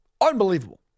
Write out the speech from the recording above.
unbelievable